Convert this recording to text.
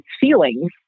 feelings